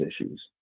issues